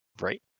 Right